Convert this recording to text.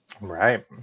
Right